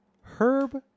Herb